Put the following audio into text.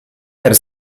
per